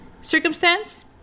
circumstance